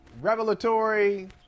revelatory